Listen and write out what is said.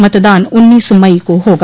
मतदान उन्नीस मई को होगा